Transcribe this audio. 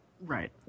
Right